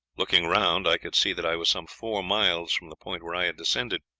looking round, i could see that i was some four miles from the point where i had descended.